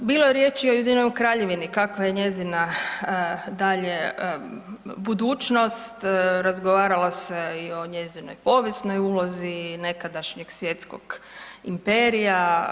Bilo je riječi o Ujedinjenoj Kraljevini kakva je njezina dalje budućnost, razgovaralo se i o njezinoj povijesnoj ulozi i nekadašnjeg svjetskog imperija.